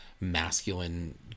masculine